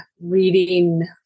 reading